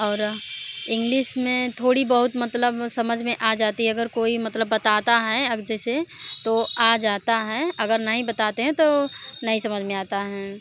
और इंग्लिश में थोड़ी बहुत मतलब समझ में आ जाती है अगर कोई मतलब बताता है अब जैसे तो आ जाता है अगर नहीं बताते हैं तो नहीं समझ में आता है